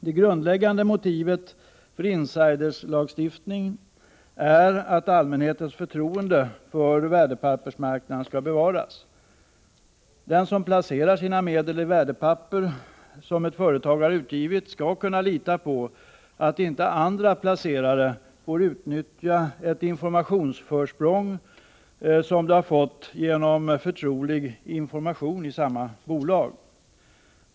Det grundläggande motivet för ”insider”-lagstiftning är att allmänhetens förtroende för värdepappersmarknaden skall bevaras. Den som placerar sina medel i värdepapper som ett företag har utgivit skall kunna lita på att inte andra placerare får utnyttja ett informationsförsprång som de har fått genom förtrolig information i samma bolag.